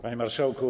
Panie Marszałku!